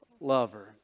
lover